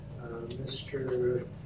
Mr